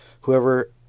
whoever